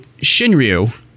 Shinryu